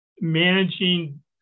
managing